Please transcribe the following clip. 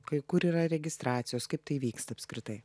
kai kur yra registracijos kaip tai vyksta apskritai